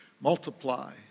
Multiply